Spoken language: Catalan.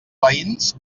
veïns